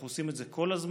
אנחנו עושים את זה כל הזמן.